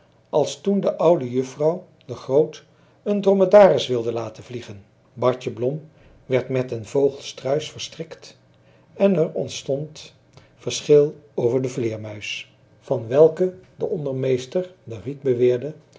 als toen de oude juffrouw de groot een dromedaris wilde laten vliegen bartje blom werd met den vogel struis verstrikt en er ontstond verschil over de vleermuis van welke de ondermeester de riet beweerde